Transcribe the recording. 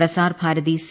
പ്രസ്മാർ Bharati C